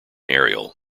ariel